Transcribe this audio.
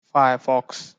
firefox